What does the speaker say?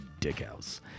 Dickhouse